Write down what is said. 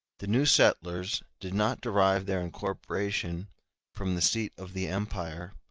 the new settlers did not derive their incorporation from the seat of the empire,